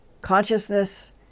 consciousness